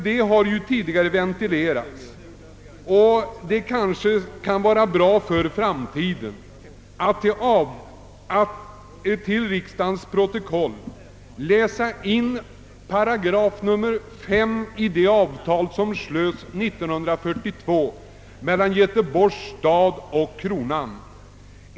Det har redan tidigare ventilerats, och det kanske kan vara bra för framtiden att till riksdagens protokoll läsa in § 5 i det avtal som slöts 1942 mellan Göteborgs stad och kronan.